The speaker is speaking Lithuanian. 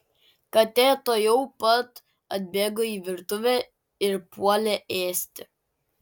katė tuojau pat atbėgo į virtuvę ir puolė ėsti